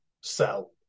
sell